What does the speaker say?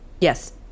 Yes